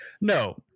no